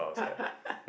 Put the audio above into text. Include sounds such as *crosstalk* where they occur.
*laughs*